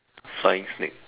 flying snake